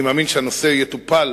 אני מאמין שהנושא יטופל